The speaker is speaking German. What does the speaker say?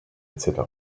etc